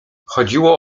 chodziło